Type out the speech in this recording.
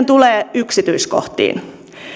tulee yksityiskohtiin